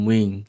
Wing